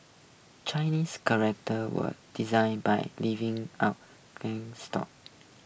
Chinese characters were design by leaving out gain store